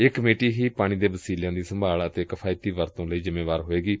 ਇਹ ਕਮੇਟੀ ਹੀ ਪਾਣੀ ਦੇ ਵਸੀਲਿਆਂ ਦੀ ਸੰਭਾਲ ਅਤੇ ਕਿਫਾਇਤੀ ਵਰਤੋਂ ਲਈ ਜਿੰਮੇਵਾਰ ਹੋਵੇਗੀ